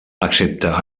excepte